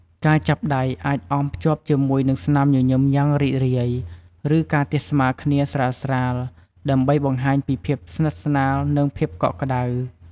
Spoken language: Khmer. ការចាប់ដៃអាចអមភ្ជាប់ជាមួយនឹងស្នាមញញឹមយ៉ាងរីករាយ ឬការទះស្មាគ្នាស្រាលៗ ដើម្បីបង្ហាញពីភាពស្និទ្ធស្នាល និងភាពកក់ក្ដៅ។